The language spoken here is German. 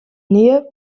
nähe